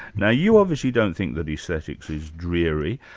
now you obviously don't think that aesthetics is dreary.